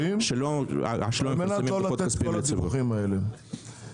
------ על מנת לא לתת את כל הדיווחים האלה.